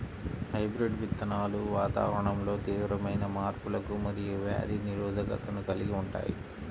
hybrid విత్తనాలు వాతావరణంలో తీవ్రమైన మార్పులకు మరియు వ్యాధి నిరోధకతను కలిగి ఉంటాయి